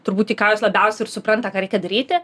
turbūt į ką jos labiausia ir supranta ką reikia daryti